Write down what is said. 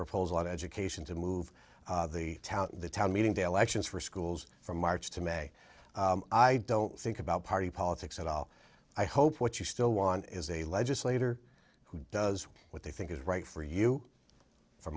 proposal on education to move the town the town meeting to elections for schools from march to may i don't think about party politics at all i hope what you still want is a legislator who does what they think is right for you for